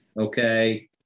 okay